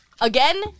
again